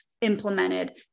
implemented